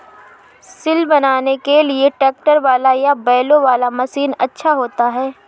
सिल बनाने के लिए ट्रैक्टर वाला या बैलों वाला मशीन अच्छा होता है?